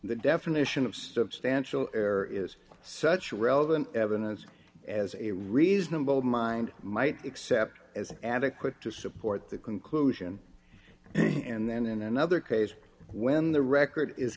the definition of step stansell error is such relevant evidence as a reasonable mind might accept as adequate to support the conclusion and then in another case when the record is